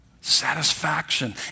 Satisfaction